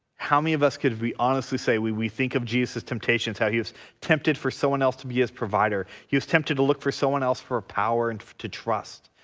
how many of us could we honestly say we we think of jesus's temptations how he was tempted for someone else to be his provider, he was tempted to look for someone else for a power and to trust,